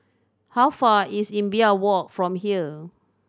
how far is Imbiah Walk from here